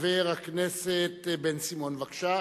חבר הכנסת בן-סימון, בבקשה.